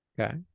okay